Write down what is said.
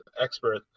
expert